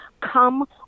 come